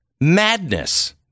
madness